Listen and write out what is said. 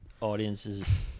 Audiences